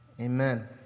amen